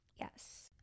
yes